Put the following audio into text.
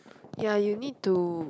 ya you need to